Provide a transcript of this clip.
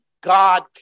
God